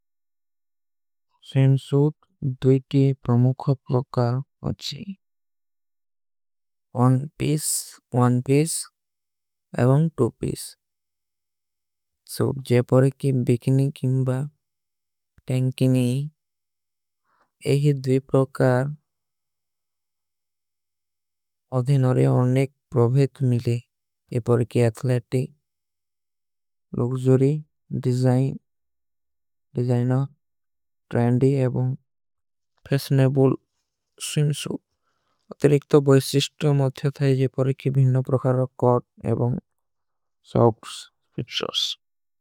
ସେଂଶୂଟ ଦୂଈ ଟୀ ପ୍ରମୁଖା ପ୍ରକାର ଅଚ୍ଛୀ ସେଂଶୂଟ ଦୂଈ ଟୀ ପ୍ରକାର। ଅଚ୍ଛୀ one piece two piece bikini କିମ୍ବା ଏହି ଦୁଈ ପ୍ରକାର। ହୋଗେ ନୋ ହୋନାର ଈ ପାର ଏଥଲେଟିକ ଲକ୍ଜରୀ ଡେଜୈନା ଟ୍ରେଂଡୀ ଇଵାମ୍ବ। ଫୈନବୁଲ ସ୍ଵିମସୂଟ ତେ ଵଶିଷ୍ଟ ମୁଖ୍ଯାତ୍ର ବିଭିନ ପ୍ରାକର ଏଵମ ସକ୍ସ।